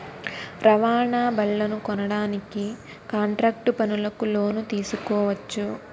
రవాణా బళ్లనుకొనడానికి కాంట్రాక్టు పనులకు లోను తీసుకోవచ్చు